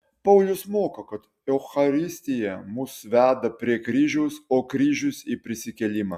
paulius moko kad eucharistija mus veda prie kryžiaus o kryžius į prisikėlimą